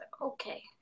Okay